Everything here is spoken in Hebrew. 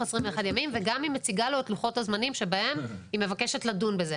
21 ימים וגם היא מציגה לו את לוחות הזמנים שבהם היא מבקשת לדון בזה.